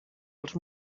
els